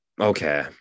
Okay